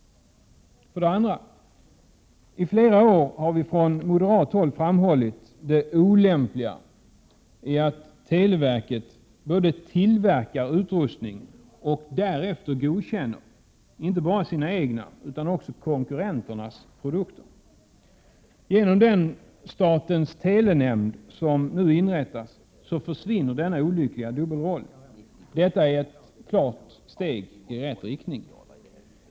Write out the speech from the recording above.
2. I flera år har vi från moderat håll framhållit det olämpliga i att televerket både tillverkar utrustning och därefter godkänner inte bara sina egna utan också konkurrenternas produkter. Genom statens telenämnd som nu inrättas försvinner denna olyckliga dubbelroll. Detta är klart ett steg i rätt riktning.